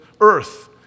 earth